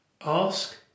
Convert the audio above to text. Ask